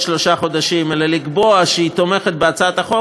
שלושה חודשים אלא לקבוע שהיא תומכת בהצעת החוק,